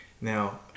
Now